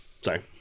Sorry